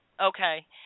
Okay